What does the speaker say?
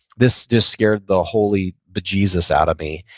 this just scared the holy bejesus out of me,